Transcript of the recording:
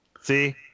See